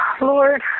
Lord